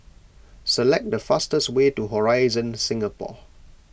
select the fastest way to Horizon Singapore